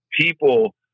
people